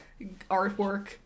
artwork